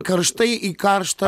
karštai į karštą